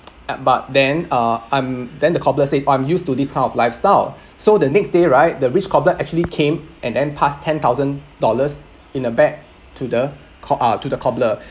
at but then uh I'm then the cobbler said oh I'm used to this kind of lifestyle so the next day right the rich cobbler actually came and then past ten thousand dollars in a bag to the co~ uh to the cobbler